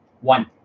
One